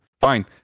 fine